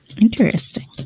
Interesting